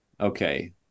Okay